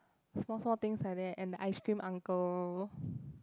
small small things like that and the ice cream uncle